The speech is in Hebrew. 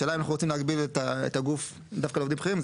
השאלה היא אם אנחנו רוצים להגביל את הגוף דווקא לעובדים בכירים.